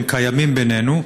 הם קיימים בינינו,